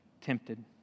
tempted